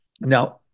Now